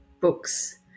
books